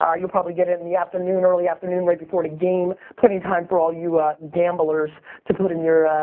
ah you'll probably get it in the afternoon, early afternoon right before the game. plenty of time for all you gamblers to put in your,